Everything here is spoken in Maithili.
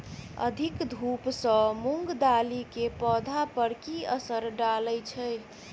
अधिक धूप सँ मूंग दालि केँ पौधा पर की असर डालय छै?